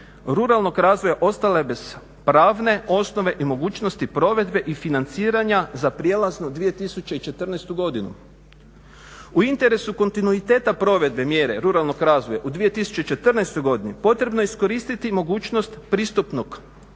ruralnog razvoja ostale bez pravne osnove i mogućnosti provedbe i financiranja za prijelaznu 2014. godinu. U interesu kontinuiteta provedbe mjere ruralnog razvoja u 2014. godini potrebno je iskoristiti mogućnost pristupnog ugovora